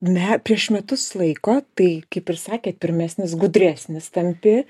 ne prieš metus laiko tai kaip ir sakėt pirmesnis gudresnis tampi